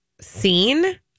seen